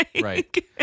Right